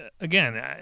again